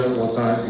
water